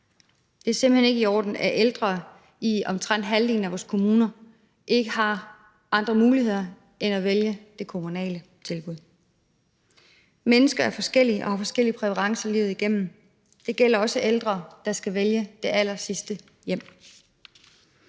Det er simpelt hen ikke i orden, at ældre i omtrent halvdelen af vores kommuner ikke har andre muligheder end at vælge det kommunale tilbud. Mennesker er forskellige og har forskellige præferencer livet igennem. Det gælder også ældre, der skal vælge det allersidste hjem.